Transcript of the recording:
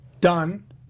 done